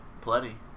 Plenty